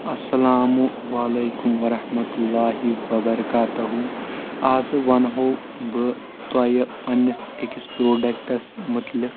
السلام والیکم ورحمۃ اللہ وبرکاتہ آزٕ ونہو بہٕ پننِس أکِس پروڈکٹس متعلِق